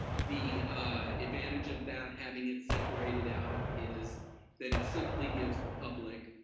the advantage of that, having it separated out, is that it simply gives the public,